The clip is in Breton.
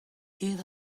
ket